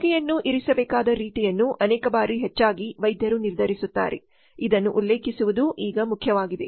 ರೋಗಿಯನ್ನು ಇರಿಸಬೇಕಾದ ರೀತಿಯನ್ನು ಅನೇಕ ಬಾರಿ ಹೆಚ್ಚಾಗಿ ವೈದ್ಯರು ನಿರ್ಧರಿಸುತ್ತಾರೆ ಇದನ್ನು ಉಲ್ಲೇಖಿಸುವುದು ಈಗ ಮುಖ್ಯವಾಗಿದೆ